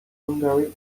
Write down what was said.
hungary